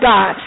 God